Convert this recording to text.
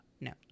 No